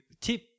tip